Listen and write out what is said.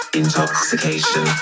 intoxication